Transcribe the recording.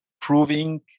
proving